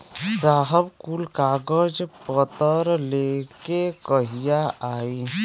साहब कुल कागज पतर लेके कहिया आई?